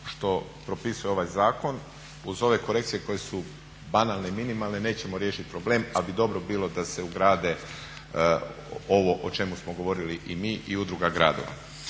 što propisuje ovaj zakon uz ove korekcije koje su banalne i minimalne nećemo riješiti problem, ali dobro bi bilo da se ugrade ovo o čemu smo govorili i mi i udruga gradova.